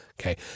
Okay